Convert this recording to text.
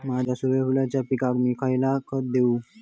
माझ्या सूर्यफुलाच्या पिकाक मी खयला खत देवू?